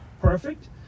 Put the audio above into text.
perfect